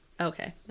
Okay